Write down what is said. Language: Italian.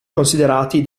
considerati